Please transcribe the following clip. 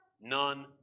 None